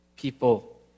people